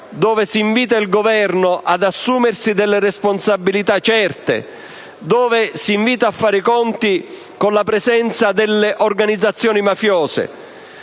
seri, si invita il Governo ad assumersi delle responsabilità certe, e a fare i conti con la presenza delle organizzazioni mafiose,